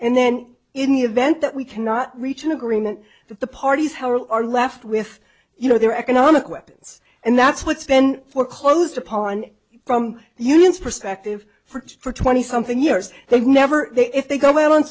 and then in the event that we cannot reach an agreement that the parties howel are left with you know their economic weapons and that's what's been foreclosed upon from the unions perspective for twenty something years they've never they if they go